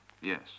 Yes